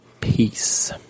Peace